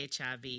hiv